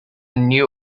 new